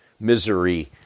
misery